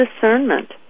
discernment